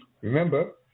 Remember